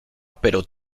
pero